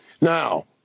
Now